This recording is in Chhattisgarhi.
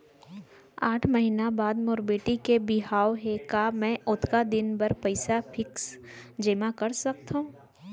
आठ महीना बाद मोर बेटी के बिहाव हे का मैं ओतका दिन भर पइसा फिक्स जेमा कर सकथव?